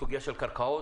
סוגיה של קרקעות,